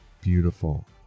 beautiful